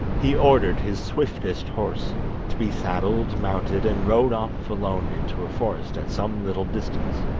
he ordered his swiftest horse to be saddled, mounted, and rode off alone into a forest at some little distance.